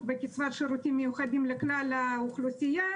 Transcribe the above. וקצבת שירותים מיוחדים לכלל האוכלוסייה,